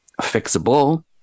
fixable